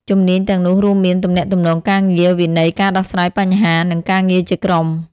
ជំនាញទាំងនោះរួមមាន ទំនាក់ទំនងការងារ វិន័យ ការដោះស្រាយបញ្ហា និងការងារជាក្រុម។